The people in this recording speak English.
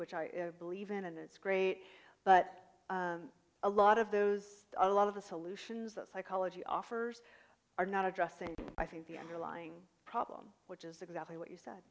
which i believe in and it's great but a lot of those a lot of the solutions that psychology offers are not addressing i think the underlying problem which is exactly what you said